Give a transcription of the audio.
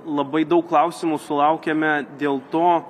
labai daug klausimų sulaukiame dėl to